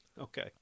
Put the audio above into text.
Okay